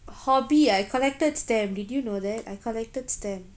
hobby I collected stamp did you know that I collected stamp